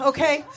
Okay